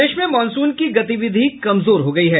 प्रदेश में मॉनसून की गतिविधि कमजोर हो गयी है